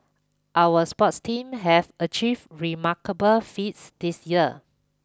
our sports team have achieved remarkable feats this year